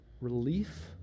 relief